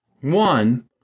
One